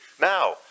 Now